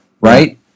right